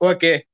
Okay